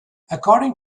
according